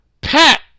pat